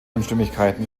unstimmigkeiten